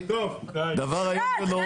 תראה איך זה מתנהל --- דבר איום ונורא,